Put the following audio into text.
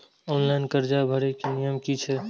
Online कर्जा भरे के नियम की छे?